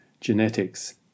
Genetics